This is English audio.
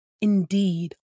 indeed